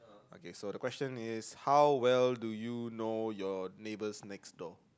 okay so the question is how well do you know your neighbors next door